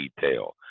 detail